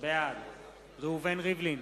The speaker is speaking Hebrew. בעד ראובן ריבלין,